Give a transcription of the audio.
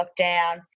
lockdown